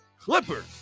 Clippers